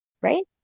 right